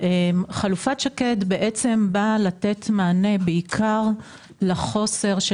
חלופת שקד באה לתת מענה בעיקר לחוסר של